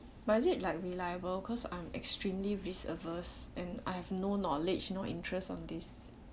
but is it like reliable cause I'm extremely risk adverse and I have no knowledge no interest on this